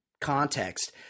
context